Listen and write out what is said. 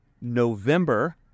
November